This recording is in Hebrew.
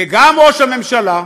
שגם ראש הממשלה,